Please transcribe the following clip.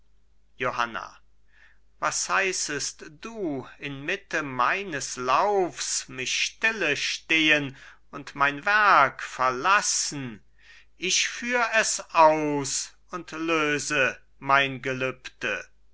johanna was heißest du in mitte meines laufs mich stille stehen und mein werk verlassen ich führ es aus und löse mein gelübde